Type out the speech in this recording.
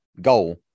goal